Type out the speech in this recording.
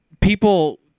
people